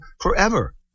forever